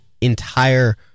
entire